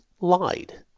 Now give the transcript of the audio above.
lied